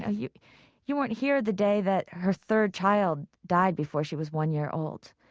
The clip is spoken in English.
ah you you weren't here the day that her third child died before she was one year old.